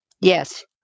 Yes